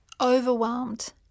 overwhelmed